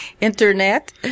Internet